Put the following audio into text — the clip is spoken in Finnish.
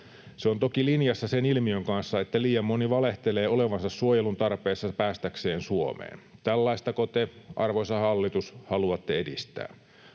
Se on toki linjassa sen ilmiön kanssa, että liian moni valehtelee olevansa suojelun tarpeessa päästäkseen Suomeen. Tällaistako te, arvoisa hallitus, haluatte edistää?